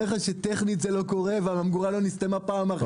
טכנית זה לא קורה והממגורה לא נסתמה פעם אחת.